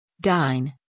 dine